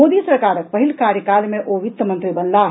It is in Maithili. मोदी सरकारक पहिल कार्यकाल मे ओ वित्त मंत्री बनलाह